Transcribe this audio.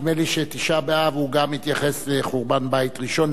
נדמה לי שתשעה באב מתייחס גם לחורבן בית ראשון,